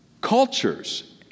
cultures